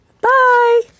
bye